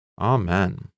Amen